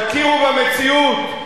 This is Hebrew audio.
תכירו במציאות.